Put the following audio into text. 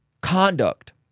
conduct